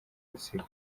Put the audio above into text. gusiga